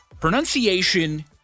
pronunciation